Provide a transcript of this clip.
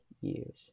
years